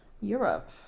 Europe